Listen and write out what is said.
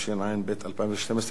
התשע"ב 2012,